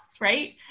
right